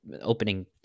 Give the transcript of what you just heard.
opening